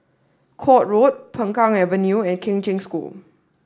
Court Road Peng Kang Avenue and Kheng Cheng School